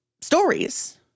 stories